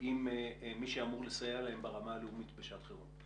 עם מי שאמור לסייע להם ברמה הלאומית בשעת חירום.